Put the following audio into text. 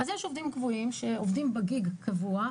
יש עובדים קבועים שעובדים בפלטפורמה,